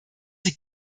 die